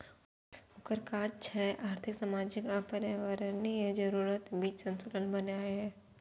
ओकर काज छै आर्थिक, सामाजिक आ पर्यावरणीय जरूरतक बीच संतुलन बनेनाय